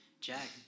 Jack